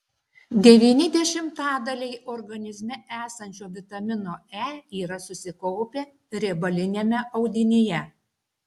devyni dešimtadaliai organizme esančio vitamino e yra susikaupę riebaliniame audinyje